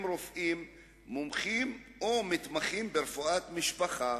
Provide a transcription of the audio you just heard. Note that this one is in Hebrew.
רופאים מומחים או מתמחים ברפואת משפחה,